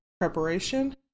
preparation